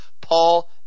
Paul